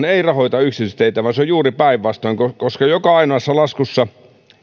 ei rahoita yksityisteitä vaan se on juuri päinvastoin joka ainoassa laskussa